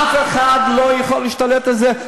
אף אחד לא יכול להשתלט על זה,